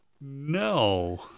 No